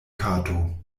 kato